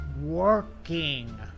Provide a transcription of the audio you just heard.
working